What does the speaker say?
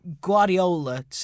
Guardiola